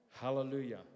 Hallelujah